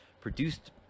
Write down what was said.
produced